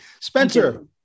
Spencer